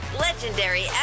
Legendary